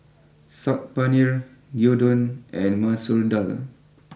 Saag Paneer Gyudon and Masoor Dal